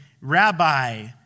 Rabbi